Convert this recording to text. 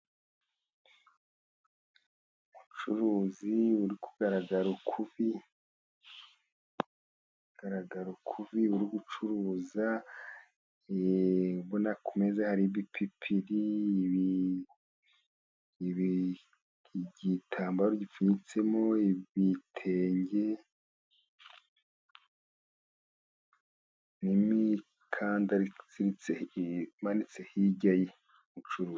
Ubucuruzi buri kugaragara ukubi bigaragaro ko uriya uri gucuruza ,yee, ubona ku meza hari ibipipiri, igitambaro gipfunyitsemo ibitenge, n'imikanda iziritse, imanitse hirya ye, ubucuruzi.